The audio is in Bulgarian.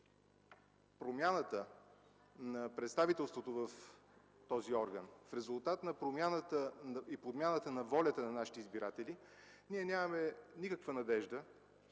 промяната на представителството в този орган, в резултат на промяната и подмяната на волята на нашите избиратели, ние нямаме никаква надежда,